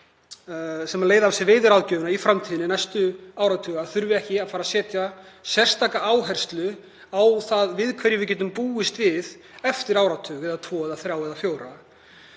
er við við veiðiráðgjöf í framtíðinni, næstu áratugi, þurfi ekki að fara að leggja sérstaka áherslu á það við hverju við getum búist eftir áratug, eða tvo eða þrjá eða fjóra,